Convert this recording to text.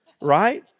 right